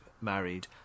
married